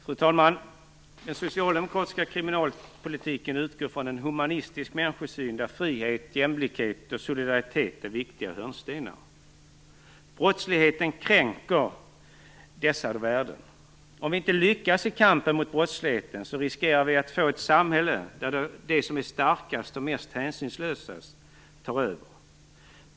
Fru talman! Den socialdemokratiska kriminalpolitiken utgår från en humanistisk människosyn där frihet, jämlikhet och solidaritet är viktiga hörnstenar. Brottsligheten kränker dessa värden. Om vi inte lyckas i kampen mot brottsligheten riskerar vi att få ett samhälle där de som är starkast och mest hänsynslösa tar över.